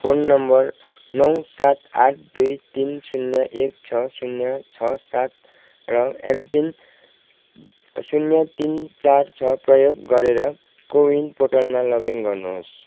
phone number नौ सात आठ दुई तिन शून्य एक छ शून्य छ सात र एमपिन शून्य तिन चार छ प्रयोग गरेर को विन पोर्टलमा लगइन गर्नुहोस्